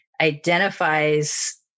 identifies